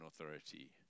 authority